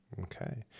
Okay